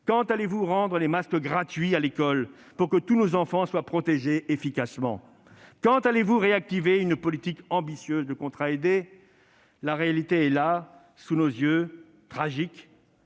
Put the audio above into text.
Quand allez-vous rendre les masques gratuits à l'école pour que tous nos enfants soient protégés efficacement ? Quand allez-vous réactiver une politique ambitieuse de contrats aidés ? Des mots de socialiste ! La réalité est là, sous nos yeux, tragique.